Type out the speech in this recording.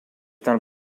done